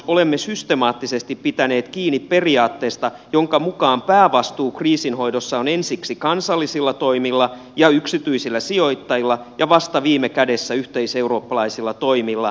olemme systemaattisesti pitäneet kiinni periaatteesta jonka mukaan päävastuu kriisin hoidosta on ensiksi kansallisilla toimilla ja yksityisillä sijoittajilla ja vasta viime kädessä yhteiseurooppalaisilla toimilla